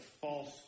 false